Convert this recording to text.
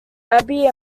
abby